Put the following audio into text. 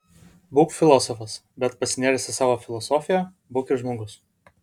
būk filosofas bet pasinėręs į savo filosofiją būk ir žmogus